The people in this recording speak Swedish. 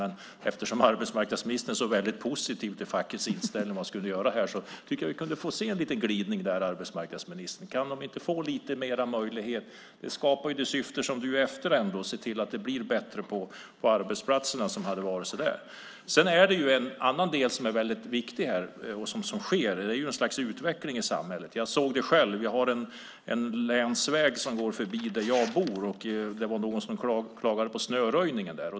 Men eftersom arbetsmarknadsministern är så väldigt positiv till fackets inställning om vad man skulle göra här, tycker jag att vi kunde få se en liten glidning. Kan de inte få lite större möjligheter? Det syftar ju till det som arbetsmarknadsministern efterlyser, nämligen att se till att det blir bättre på arbetsplatserna. Det finns en annan del som är väldigt viktig. Det är att det sker en utveckling i samhället. Jag har sett det själv. Vi har en länsväg som går förbi där jag bor, och det var någon som klagade på snöröjningen där.